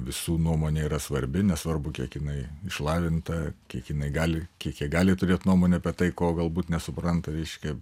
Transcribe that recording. visų nuomonė yra svarbi nesvarbu kiek jinai išlavinta kiek jinai gali kiek ji gali turėt nuomonę apie tai ko galbūt nesupranta reiškia